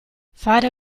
fare